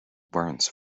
burns